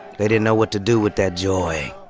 they didn't know what to do with that joy.